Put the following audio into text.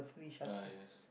ah yes